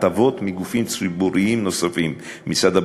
מגופים ציבוריים נוספים: משרד הבריאות,